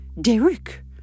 Derek